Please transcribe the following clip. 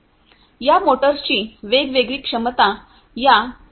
या मोटर्सची वेगवेगळी क्षमता या यूएव्हीसाठी वापरली जाऊ शकते